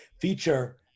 feature